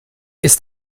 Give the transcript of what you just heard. ist